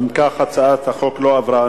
אם כך הצעת החוק לא עברה.